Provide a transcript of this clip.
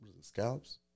scallops